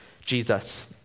Jesus